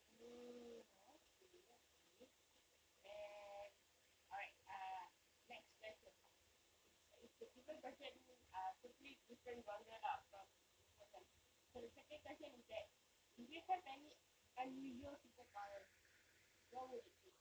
oh okay okay and alright uh next question it's it's a different question uh totally different genre lah from the first one so the second question is that if you have any unusual superpowers what would it be